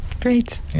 great